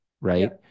right